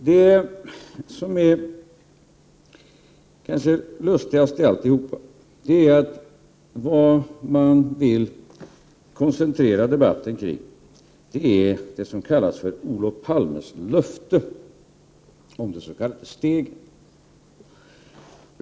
Det lustigaste i alltihop är att man vill koncentrera debatten kring det som kallas Olof Palmes löfte om det s.k. steget.